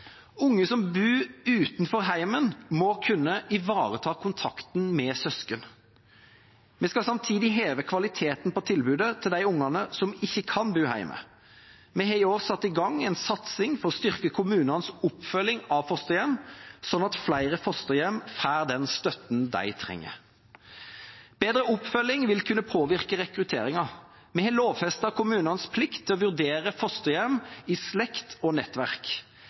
som bor utenfor hjemmet, må kunne ivareta kontakten med søsken. Vi skal samtidig heve kvaliteten på tilbudet til de ungene som ikke kan bo hjemme. Vi har i år satt i gang en satsing for å styrke kommunenes oppfølging av fosterhjem, sånn at flere fosterhjem får den støtten de trenger. Bedre oppfølging vil kunne påvirke rekrutteringen. Vi har lovfestet kommunenes plikt til å vurdere fosterhjem i slekt og nettverk,